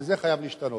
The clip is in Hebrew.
וזה חייב להשתנות.